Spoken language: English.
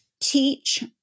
teach